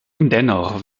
dennoch